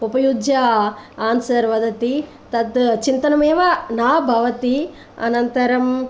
उपयुज्य आंसर् वदति तत् चिन्तनम् एव न भवति अनन्तरम्